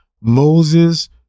Moses